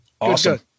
Awesome